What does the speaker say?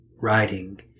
writing